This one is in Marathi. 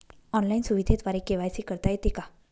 ऑनलाईन सुविधेद्वारे के.वाय.सी करता येते का?